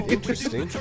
Interesting